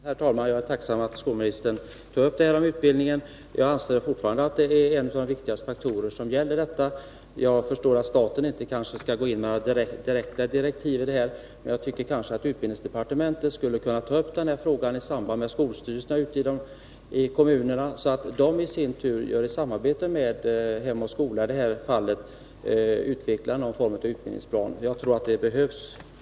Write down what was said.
Herr talman! Jag är tacksam för att skolministern besvarade min fråga om utbildningen. Jag anser fortfarande att en utbildning av föräldrarna är en av de allra viktigaste faktorerna i detta sammanhang. Jag förstår att staten kanske inte skall gå in med direktiv, men jag tycker att utbildningsdepartementet skulle kunna ta upp denna fråga med skolstyrelserna ute i kommunerna så att de i sin tur, i samarbete med Hem och Skola, utvecklar någon form av utbildningsplan. Jag tror att det behövs.